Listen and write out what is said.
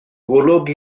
golwg